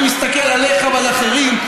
אני מסתכל עליך ועל אחרים,